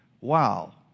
wow